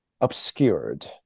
obscured